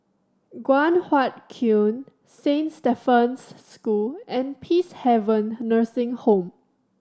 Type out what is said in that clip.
Guan Huat Kiln Saint Stephen's School and Peacehaven Nursing Home